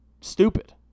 stupid